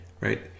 right